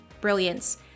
Brilliance